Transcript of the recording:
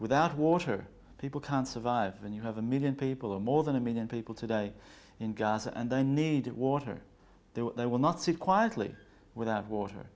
without water people can survive when you have a million people or more than a million people today in gaza and i need water there they will not sit quietly without water